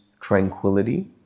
tranquility